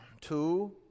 two